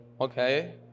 okay